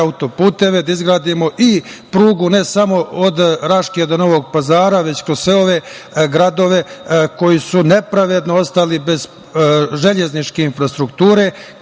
da izgradimo i prugu, ne samo od Raške do Novog Pazara, već kroz sve ove gradove koji su nepravedno ostali bez železničke infrastrukture,